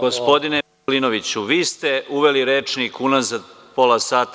Gospodine Veselinoviću, vi ste uveli rečnik unazad pola sata.